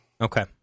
Okay